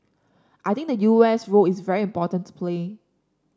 I think the U S role is very important to play